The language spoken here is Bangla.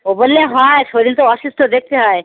ও বললে হয় শরির তো অসুস্থ দেখতে হয়